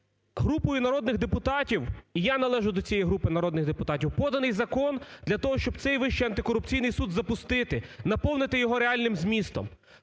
Групою народних депутатів і я належу до цієї групи народних депутатів, поданий закон для того, щоб цей Вищий антикорупційний суд запустити, наповнити його реальним змістом.